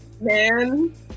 man